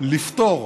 לפטור